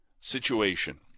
situation